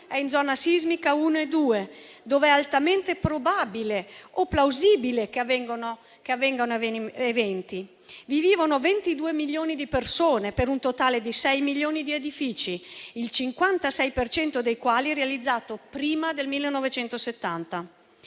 è in zona sismica 1 e2, dove è altamente probabile o plausibile che avvengano eventi sismici e dove vivono 22 milioni di persone per un totale di 6 milioni di edifici, il 56 dei quali realizzato prima del 1970.